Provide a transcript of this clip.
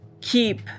keep